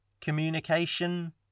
communication